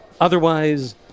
Otherwise